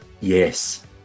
Yes